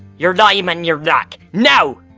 your name and your knack, now!